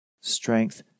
strength